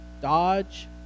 Dodge